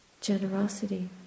Generosity